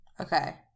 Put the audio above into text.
Okay